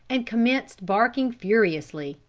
and commenced barking furiously.